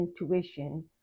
intuition